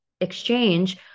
exchange